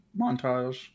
montage